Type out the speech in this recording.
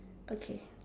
okay